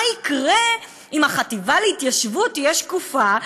מה יקרה אם החטיבה להתיישבות תהיה שקופה,